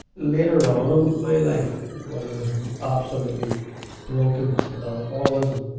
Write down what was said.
later on in my life, when i was absolutely broken with alcoholism,